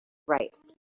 right